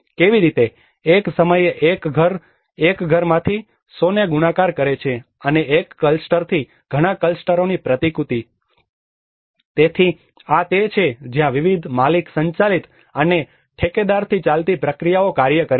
કેવી રીતે એક સમયે એક ઘર એક ઘરમાંથી 100 ને ગુણાકાર કરે છે અને એક ક્લસ્ટરથી ઘણા ક્લસ્ટરોની પ્રતિકૃતિ તેથી આ તે છે જ્યાં વિવિધ માલિક સંચાલિત અને ઠેકેદારથી ચાલતી પ્રક્રિયાઓ કાર્ય કરે છે